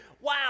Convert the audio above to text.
wow